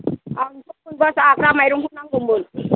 आंथ' मोनबा जाग्रा माइरंबो नांगौमोन